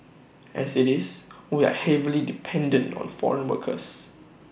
as IT is we are heavily dependent on foreign workers